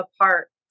apart